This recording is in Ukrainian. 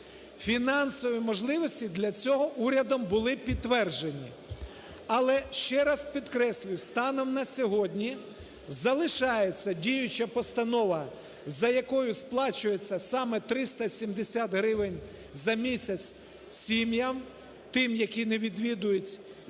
Фінансові можливості для цього урядом були підтверджені. Але, ще раз підкреслюю, станом на сьогодні залишається діюча постанова, за якою сплачується саме 370 гривень за місяць сім'ям тим, які не відвідують діти